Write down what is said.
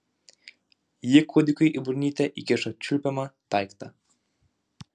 ji kūdikiui į burnytę įkišo čiulpiamą daiktą